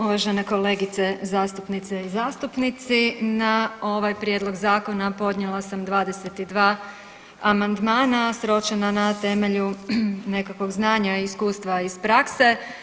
Uvažene kolegice zastupnice i zastupnici, na ovaj prijedlog zakona podnijela sam 22 amandmana sročena na temelju nekakvog znanja i iskustva iz prakse.